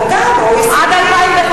הוא חתם, ה-OECD.